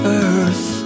earth